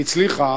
היא הצליחה,